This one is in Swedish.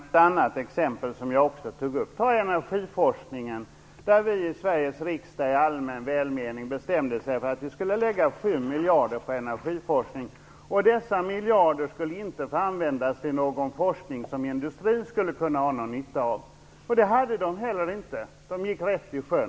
Herr talman! Låt mig påminna om ett annat exempel som jag också tog upp: energiforskningen. Vi bestämde oss i Sveriges riksdag i allmän välmening för att lägga sju miljarder på energiforskning. Dessa miljarder skulle inte få användas till någon forskning som industrin skulle kunna ha någon nytta av. Det hade man heller inte. Man gick rätt i sjön.